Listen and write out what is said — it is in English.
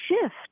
shift